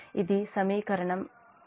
ఇది సమీకరణం 20